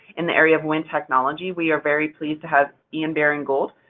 in the area of wind technology, we are very pleased to have ian baring-gould,